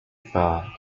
far